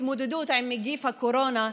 בהתמודדות עם נגיף הקורונה,